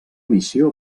missió